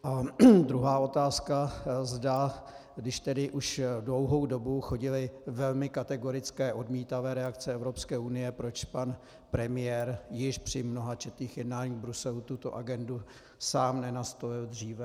A druhá otázka, zda, když tedy už dlouhou dobu chodily velmi kategorické odmítavé reakce Evropské unie, proč pan premiér již při mnohačetných jednáních v Bruselu tuto agendu sám nenastolil dříve.